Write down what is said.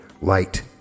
light